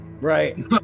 Right